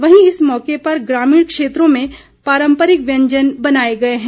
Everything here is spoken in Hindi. वहीं इस मौके पर ग्रामीण क्षेत्रों में पारम्परिक व्यंजन बनाए गए हैं